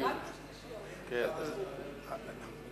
רשות השידור צריכה לשדר שידורים בשפה הערבית.